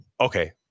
okay